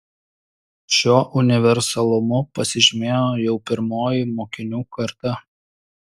šiuo universalumu pasižymėjo jau pirmoji mokinių karta